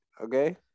okay